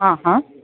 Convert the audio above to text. હા હા